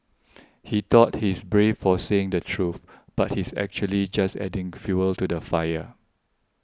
he thought he is brave for saying the truth but he's actually just adding fuel to the fire